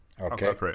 Okay